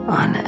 on